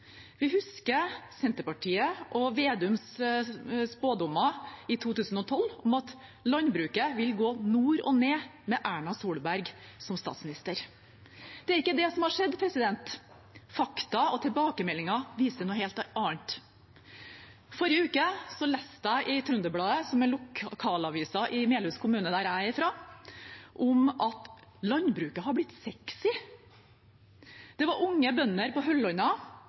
Vi husker Senterpartiet og Slagsvold Vedums spådommer i 2012 om at landbruket vil gå nord og ned med Erna Solberg som statsminister. Det er ikke det som har skjedd. Fakta og tilbakemeldinger viser noe helt annet. Forrige uke leste jeg i Trønderbladet, som er lokalavisen i Melhus kommune, der jeg er fra, at «landbruket har blitt mer sexy». Det var unge bønder på